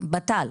בט"ל